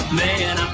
man